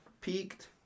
peaked